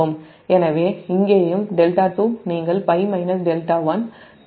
எனவே இங்கேயும் δ2 நீங்கள் π δ1 cos δ0 ஐ வைக்கிறீர்கள்